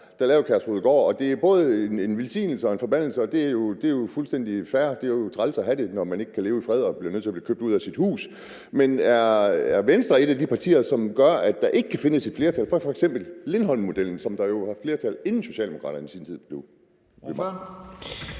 der lavede Kærshovedgård, og at det både er en velsignelse og en forbandelse. Det er jo fuldstændig fair. Det er træls at have det liggende der, når man ikke kan leve i fred og bliver nødt til at blive købt ud af sit hus. Men er Venstre et af de partier, som gør, at der ikke kan findes et flertal, f.eks. for Lindholm-modellen, som der jo var flertal for, inden Socialdemokraterne i sin tid kom